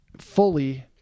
fully